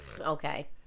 Okay